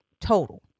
total